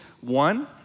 one